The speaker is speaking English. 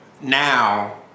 now